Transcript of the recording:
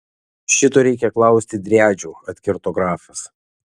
šito reikia klausti driadžių atkirto grafas